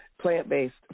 plant-based